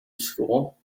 school